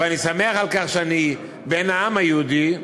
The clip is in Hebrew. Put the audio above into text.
ואני שמח על כך שאני בן העם היהודי,